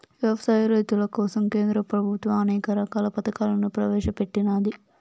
వ్యవసాయ రైతుల కోసం కేంద్ర ప్రభుత్వం అనేక రకాల పథకాలను ప్రవేశపెట్టినాది